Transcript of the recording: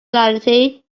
reality